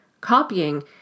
Copying